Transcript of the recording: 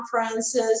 conferences